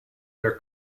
their